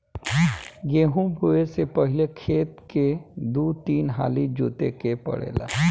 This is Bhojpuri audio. गेंहू बोऐ से पहिले खेत के दू तीन हाली जोते के पड़ेला